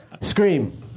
Scream